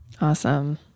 Awesome